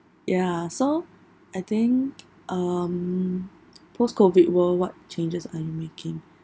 ya so I think um post COVID world what changes are you making